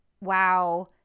wow